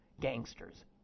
gangsters